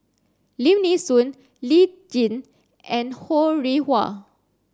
Lim Mee Soon Lee Tjin and Ho Rih Hwa